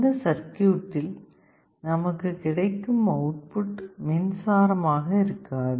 இந்த சர்க்யூட்டில் நமக்கு கிடைக்கும் அவுட்புட் மின்சாரமாக இருக்காது